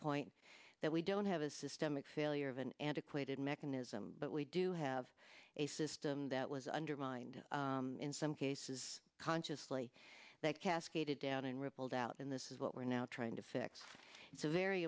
point that we don't have a systemic failure of an antiquated mechanism but we do have a system that was undermined in some cases consciously that cascaded down and rippled out and this is what we're now trying to fix it's a very